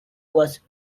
was